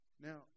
Now